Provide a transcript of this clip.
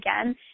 again